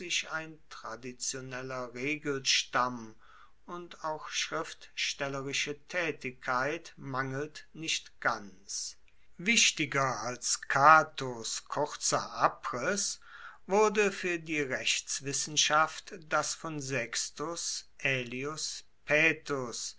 ein traditioneller regelstamm und auch schriftstellerische taetigkeit mangelt nicht ganz wichtiger als catos kuerzer abriss wurde fuer die rechtswissenschaft das von sextus